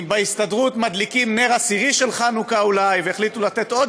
אם בהסתדרות מדליקים אולי נר עשירי של חנוכה והחליטו לתת עוד